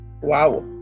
Wow